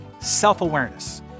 self-awareness